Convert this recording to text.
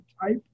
type